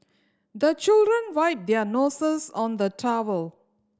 the children wipe their noses on the towel